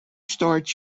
start